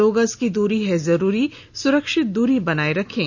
दो गज की दूरी है जरूरी सुरक्षित दूरी बनाए रखें